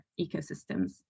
ecosystems